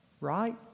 right